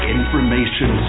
Information